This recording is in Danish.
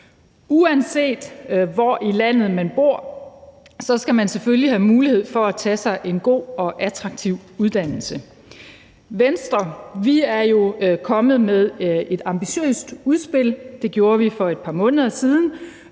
Uanset hvor i landet man bor, skal man selvfølgelig have mulighed for at tage sig en god og attraktiv uddannelse. I Venstre er vi jo kommet med et ambitiøst udspil – det gjorde vi for et par måneder siden